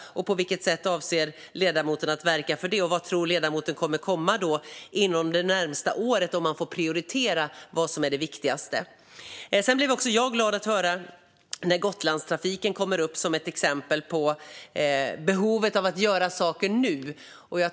På vilket sätt avser ledamoten att verka för det, och vad tror ledamoten kommer att komma inom det närmaste året om man får prioritera vad som är det viktigaste? Sedan blev också jag glad att höra Gotlandstrafiken komma upp som ett exempel på behovet av att göra saker nu.